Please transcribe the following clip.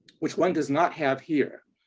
which one does not have here.